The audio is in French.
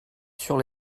sur